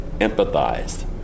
empathized